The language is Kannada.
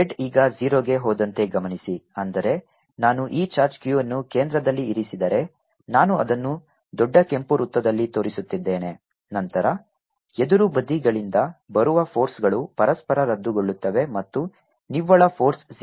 F14π0Qqz2R2zz2R214π0Qqzz2R232 Fnet14π012Qqzz2R232 z ಈಗ 0 ಗೆ ಹೋದಂತೆ ಗಮನಿಸಿ ಅಂದರೆ ನಾನು ಈ ಚಾರ್ಜ್ Q ಅನ್ನು ಕೇಂದ್ರದಲ್ಲಿ ಇರಿಸಿದರೆ ನಾನು ಅದನ್ನು ದೊಡ್ಡ ಕೆಂಪು ವೃತ್ತದಲ್ಲಿ ತೋರಿಸುತ್ತಿದ್ದೇನೆ ನಂತರ ಎದುರು ಬದಿಗಳಿಂದ ಬರುವ ಫೋರ್ಸ್ಗಳು ಪರಸ್ಪರ ರದ್ದುಗೊಳ್ಳುತ್ತವೆ ಮತ್ತು ನಿವ್ವಳ ಫೋರ್ಸ್ 0 ಆಗಿರುತ್ತದೆ ಅದು ಉತ್ತರವಾಗಿದೆ